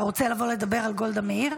אתה רוצה לבוא לדבר על גולדה מאיר?